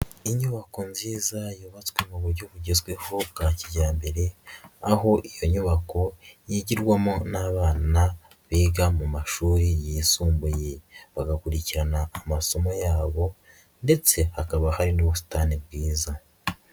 Inyubako nziza yubatswe mu buryo bugezweho bwa kijyambere aho iyo nyubako yigirwamo n'abana biga mu mashuri yisumbuye, bagakurikirana amasomo yabo ndetse hakaba hari n'ubusitani bwiza.